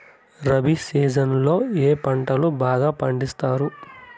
rabi season లో ఏ పంటలు బాగా పండిస్తారు